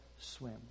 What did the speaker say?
swim